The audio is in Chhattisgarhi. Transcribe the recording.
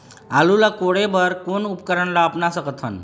आलू ला कोड़े बर कोन उपकरण ला अपना सकथन?